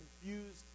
confused